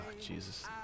Jesus